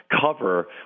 cover